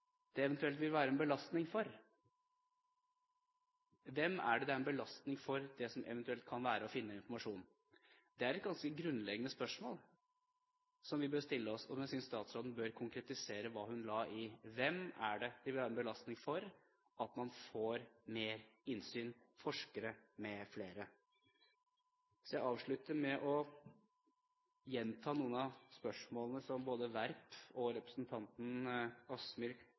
det eventuelt vil være en belastning for? Hvem er det det er en belastning for, det som eventuelt kan være å finne av informasjon? Det er et ganske grunnleggende spørsmål som vi bør stille oss. Jeg synes statsråden bør konkretisere hva hun la i: Hvem er det det vil være en belastning for at man får mer innsyn for forskere med flere? Jeg vil avslutte med å gjenta noen av spørsmålene som både Werp og representanten